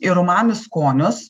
ir umami skonius